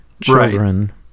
children